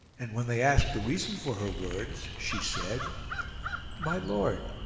and, when they asked the reason for her words, she said my lord,